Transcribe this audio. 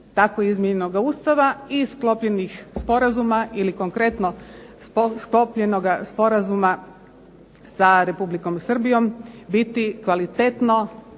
tako izmijenjenoga Ustava i sklopljenih sporazuma, ili konkretno sklopljenoga sporazuma sa Republikom Srbijom biti kvalitetno